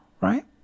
right